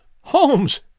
Holmes